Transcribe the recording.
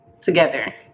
together